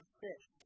fish